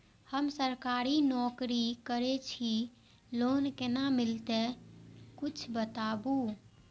हम सरकारी नौकरी करै छी लोन केना मिलते कीछ बताबु?